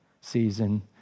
season